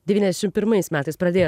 devyniasdešim pirmais metais pradėję